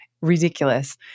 ridiculous